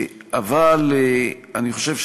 אבל אני חושב,